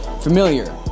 familiar